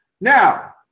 Now